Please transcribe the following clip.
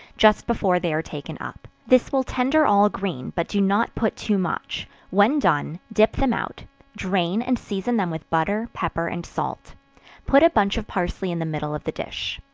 just before they are taken up this will tender all green but do not put too much when done, dip them out drain and season them with butter, pepper and salt put a bunch of parsley in the middle of the dish.